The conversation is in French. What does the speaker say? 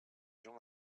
gens